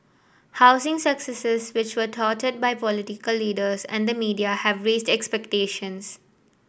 housing successes which were touted by political leaders and the media have raised expectations